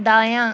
دایاں